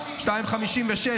14:56,